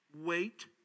Wait